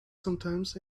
sometimes